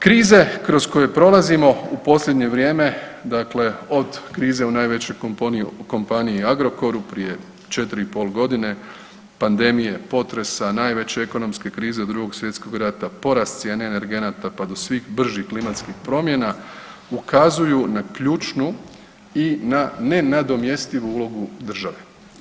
Krize kroz koje prolazimo u posljednje vrijeme, dakle od krize u najvećoj kompaniji Agrokoru prije 4,5 godine, pandemije, potresa, najveće ekonomske krize od II. svjetskog rata, porast cijene energenata pa do svih bržih klimatskih promjena, ukazuju na ključnu i na nenadomjestivu ulogu države.